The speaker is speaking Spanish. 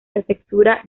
prefectura